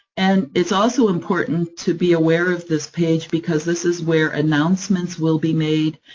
and it's also important to be aware of this page, because this is where announcements will be made,